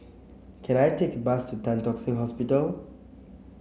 can I take a bus Tan Tock Seng Hospital